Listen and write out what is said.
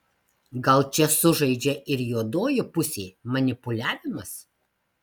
gal čia sužaidžia ir juodoji pusė manipuliavimas